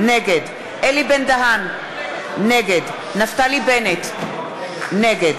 נגד אלי בן-דהן, נגד נפתלי בנט, נגד